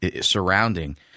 surrounding